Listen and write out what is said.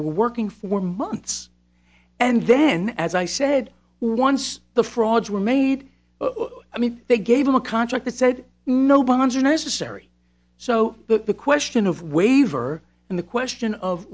they're working for months and then as i said once the frauds were made i mean they gave him a contract that said no bonds are necessary so the question of waiver and the question of